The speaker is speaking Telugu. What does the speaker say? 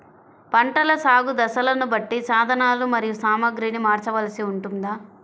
పంటల సాగు దశలను బట్టి సాధనలు మరియు సామాగ్రిని మార్చవలసి ఉంటుందా?